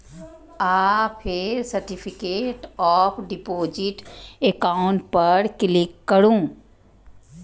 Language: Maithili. आ फेर सर्टिफिकेट ऑफ डिपोजिट एकाउंट पर क्लिक करू